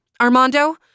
Armando